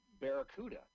Barracuda